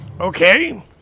Okay